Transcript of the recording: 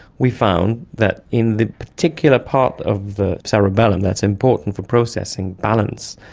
we found that in the particular part of the cerebellum that's important for processing balance,